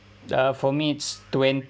uh for me it's